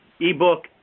ebook